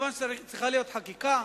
כמובן צריכה להיות חקיקה,